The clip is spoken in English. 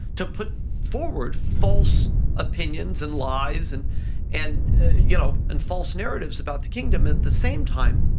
to put forward false opinions and lies and and you know and false narratives about the kingdom. at the same time,